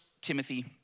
Timothy